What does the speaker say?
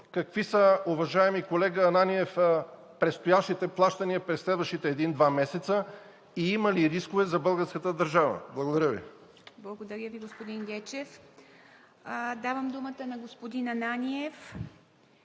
Какви са, уважаеми колега Ананиев, предстоящите плащания през следващите един-два месеца и има ли рискове за българската държава? Благодаря Ви. ПРЕДСЕДАТЕЛ ИВА МИТЕВА: Благодаря Ви, господин Гечев. Давам думата на господин Ананиев